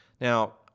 Now